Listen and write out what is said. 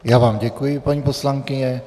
Já vám děkuji, paní poslankyně.